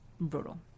Brutal